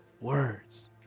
words